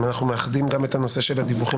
אם אנחנו מאחדים גם את הנושא של הדיווחים